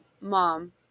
mom